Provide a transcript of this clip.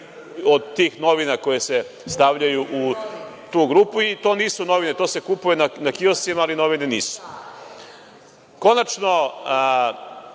od tih novina koje se stavljaju u tu grupu i to nisu novine, to se kupuje na kioscima, ali novine nisu. Konačno,